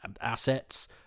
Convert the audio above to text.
assets